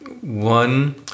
One